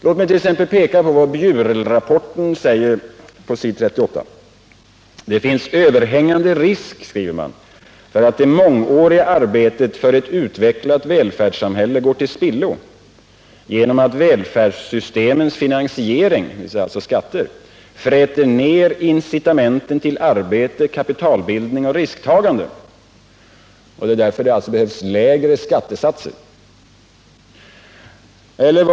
Låt mig t.ex. peka på vad Bjurelrapporten säger på s. 38: ”Det finns överhängande risk för att det mångåriga arbetet för ett utvecklat välfärdssamhälle går till spillo genom att välfärdssystemens finansiering fräter ner incitamenten till arbete, kapitalbildning och risktagande.” Därför behövs alltså lägre skattesatser.